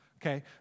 Okay